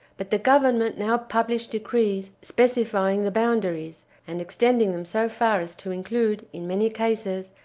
but the government now published decrees specifying the boundaries, and extending them so far as to include, in many cases,